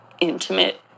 intimate